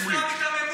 זו סתם היתממות.